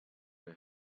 they